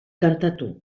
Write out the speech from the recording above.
kantatu